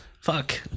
fuck